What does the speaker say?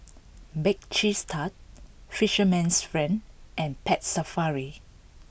Bake Cheese Tart Fisherman's Friend and Pet Safari